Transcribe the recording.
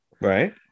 right